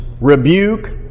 rebuke